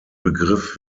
begriff